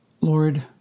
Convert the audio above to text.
Lord